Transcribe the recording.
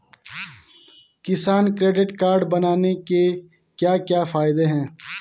किसान credit card बनाने के क्या क्या फायदे हैं?